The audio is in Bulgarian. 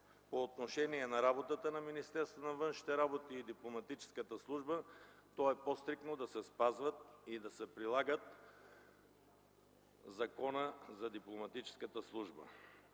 по отношение на работата на Министерство на външните работи и Дипломатическата служба, то е по-стриктно да се спазва и да се прилага Законът за Дипломатическата служба.